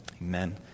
amen